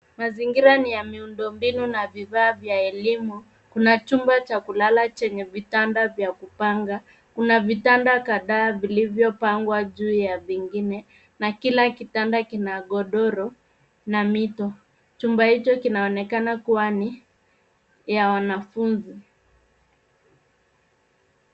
Mazigira ni ya miundombinu na vifaa vya elimu. Kuna chumba cha kulala chenye vitanda vya kupanda. Kuna vitanda kadhaa vilivyopangwa juu ya vingine na kila kitanda kina godoro, na mito. Chumba hicho kinaonekana kuwa ni cha wanafunzi.